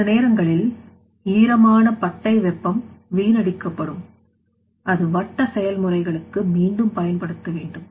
சில நேரங்களில் ஈரமான பட்டை வெப்பம் வீணடிக்கப்படும் அது வட்ட செயல்முறைகளுக்கு மீண்டும் பயன்படுத்த வேண்டும்